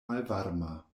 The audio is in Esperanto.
malvarma